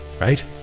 right